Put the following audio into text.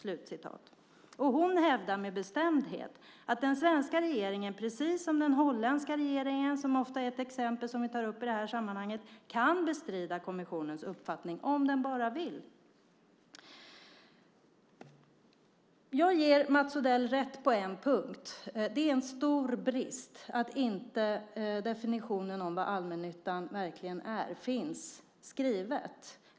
Leigh Hancher hävdar med bestämdhet att den svenska regeringen precis som den holländska regeringen, som ofta är ett exempel vi tar upp i det här sammanhanget, kan bestrida kommissionens uppfattning om den bara vill. Jag ger Mats Odell rätt på en punkt. Det är en stor brist att definitionen av vad allmännyttan verkligen är inte finns skriven.